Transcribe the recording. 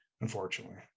unfortunately